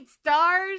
stars